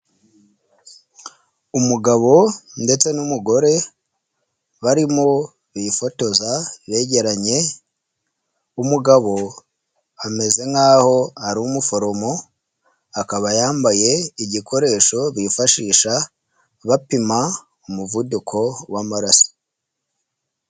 Umugabo ndetse n'umugore barimo bifotoza begeranye, umugabo ameze nkaho ari umuforomo akaba yambaye igikoresho bifashisha bapima umuvuduko w'amaraso.